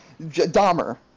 Dahmer